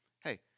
Hey